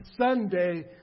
Sunday